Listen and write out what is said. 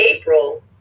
April